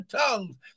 tongues